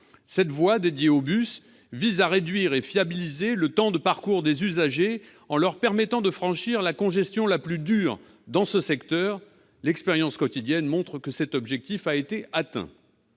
Cette voie dédiée aux bus vise à réduire et à fiabiliser le temps de parcours des usagers, en leur permettant de franchir la congestion la plus dure dans ce secteur. L'expérience quotidienne montre que cet objectif a été atteint.